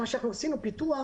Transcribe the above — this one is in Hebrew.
הפיתוח